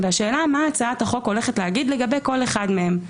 והשאלה מה הצעת החוק הולכת להגיד לגבי כל אחד מהם.